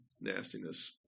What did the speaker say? nastiness